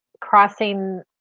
crossing